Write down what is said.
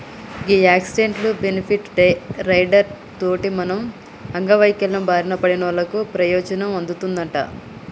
గీ accident, benefit rider తోటి మనం అంగవైవల్యం బారిన పడినోళ్ళకు పెయోజనం అందుతదంట